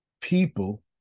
people